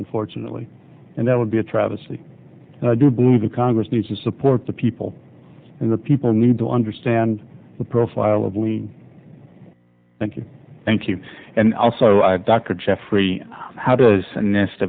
unfortunately and that would be a travesty and i do believe that congress needs to support the people in the people need to understand the profile of lean thank you thank you and also i have dr jeffrey how does nest